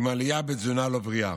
עם עלייה בתזונה לא בריאה